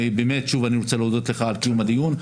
ובאמת שוב אני רוצה להודות לך על קיום הדיון,